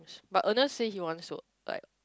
but Ernest say he wants to like